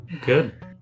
Good